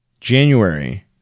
January